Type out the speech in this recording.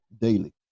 daily